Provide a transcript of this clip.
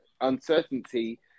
uncertainty